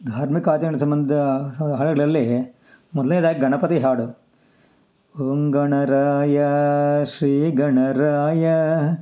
ಧಾರ್ಮಿಕ ಆಚರಣೆ ಸಂಬಂಧ ಹಾಡುಗಳಲ್ಲಿ ಮೊದಲ್ನೇದಾಗಿ ಗಣಪತಿ ಹಾಡು ಓಮ್ ಗಣರಾಯ ಶ್ರೀ ಗಣರಾಯ